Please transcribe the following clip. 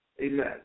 Amen